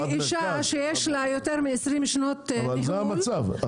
כאישה שיש לה יותר מעשרים שנות ניהול,